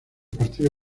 partido